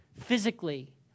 physically